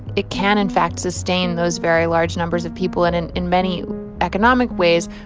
it can, in fact, sustain those very large numbers of people. and in in many economic ways,